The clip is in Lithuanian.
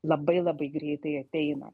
labai labai greitai ateina